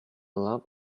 lab